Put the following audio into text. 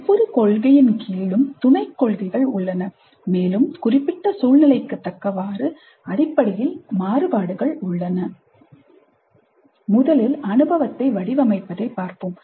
ஒவ்வொரு கொள்கையின் கீழும் துணைக் கொள்கைகள் உள்ளன மேலும் குறிப்பிட்ட சூழ்நிலைக்கு தக்கவாறு அடிப்படையில் மாறுபாடுகள் உள்ளன முதலில் அனுபவத்தை வடிவமைப்பதைப் பார்ப்போம்